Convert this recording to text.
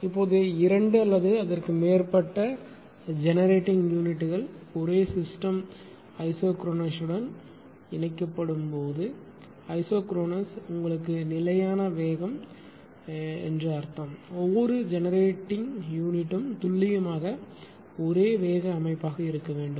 இப்போது இரண்டு அல்லது அதற்கு மேற்பட்ட ஜெனரேட்டிங் யூனிட்கள் ஒரே சிஸ்டம் ஐசோக்ரோனஸுடன் இணைக்கப்படும் போது ஐசோக்ரோனஸ் உங்களுக்கு நிலையான வேகம் என்று அர்த்தம் ஒவ்வொரு ஜெனரேட்டிங் யூனிட்டும் துல்லியமாக ஒரே வேக அமைப்பாக இருக்க வேண்டும்